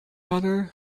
other